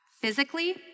Physically